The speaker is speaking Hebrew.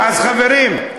אז, חברים,